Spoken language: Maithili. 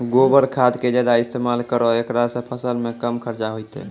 गोबर खाद के ज्यादा इस्तेमाल करौ ऐकरा से फसल मे कम खर्च होईतै?